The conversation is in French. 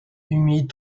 humide